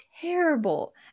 terrible